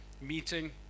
meeting